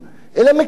אומרים לו: אתה כופר,